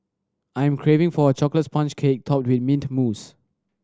I am craving for a chocolate sponge cake topped with mint mousse